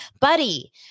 buddy